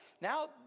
Now